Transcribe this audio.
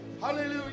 Hallelujah